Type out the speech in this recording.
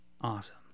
awesome